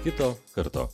kito karto